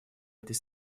этой